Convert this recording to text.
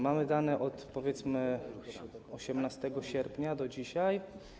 Mamy dane od, powiedzmy, 18 sierpnia do dzisiaj.